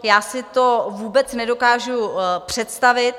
Já si to vůbec nedokážu představit.